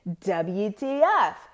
WTF